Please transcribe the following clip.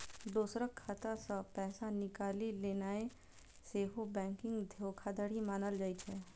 दोसरक खाता सं पैसा निकालि लेनाय सेहो बैंकिंग धोखाधड़ी मानल जाइ छै